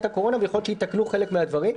הקורונה ושיכול להיות שיתקנו חלק מהדברים.